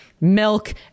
milk